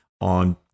on